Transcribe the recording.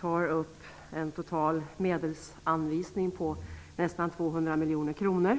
berörs en total medelsanvisning på nästan 200 miljoner kronor.